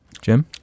Jim